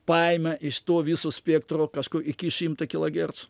paėma iš to viso spektro kažkur iki šimto kilogercų